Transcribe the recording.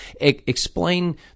Explain